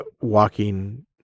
walking